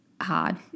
hard